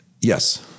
Yes